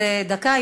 בדקה,